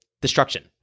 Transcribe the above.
Destruction